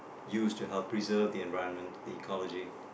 used to help preserve the environment the ecology